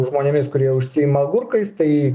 žmonėmis kurie užsiima agurkais tai